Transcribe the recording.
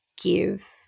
give